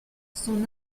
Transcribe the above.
son